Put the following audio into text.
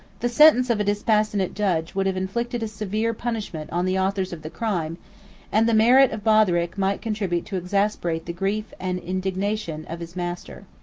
the sentence of a dispassionate judge would have inflicted a severe punishment on the authors of the crime and the merit of botheric might contribute to exasperate the grief and indignation of his master.